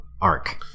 arc